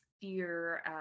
fear